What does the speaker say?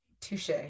Touche